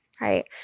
right